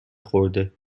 خورده